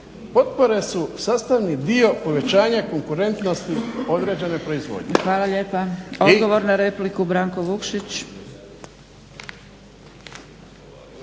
Potpore su sastavni dio povećanja konkurentnosti određene proizvodnje.